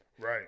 Right